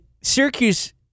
Syracuse